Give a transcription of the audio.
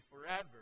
forever